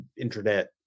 internet